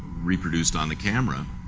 reproduced on the camera.